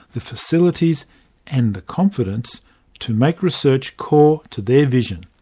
the facilities and the confidence to make research core to their vision.